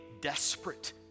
desperate